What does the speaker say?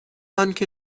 آنکه